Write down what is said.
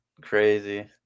crazy